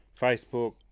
Facebook